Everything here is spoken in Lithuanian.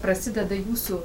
prasideda jūsų